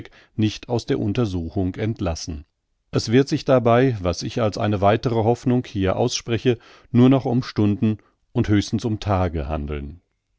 nicht aus der untersuchung entlassen es wird sich dabei was ich als eine weitere hoffnung hier ausspreche nur noch um stunden und höchstens um tage handeln